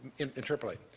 interpolate